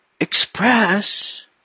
Express